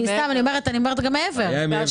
גם מעבר.